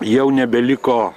jau nebeliko